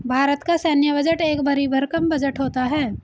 भारत का सैन्य बजट एक भरी भरकम बजट होता है